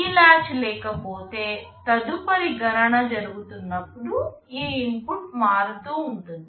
ఈ లాచ్ లేకపోతే తదుపరి గణన జరుగుతున్నప్పుడు ఈ ఇన్పుట్ మారుతూ ఉంటుంది